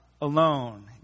alone